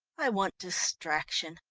i want distraction.